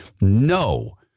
no